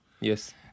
Yes